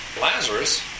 Lazarus